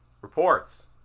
Reports